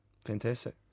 Fantastic